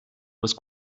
was